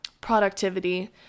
productivity